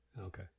Okay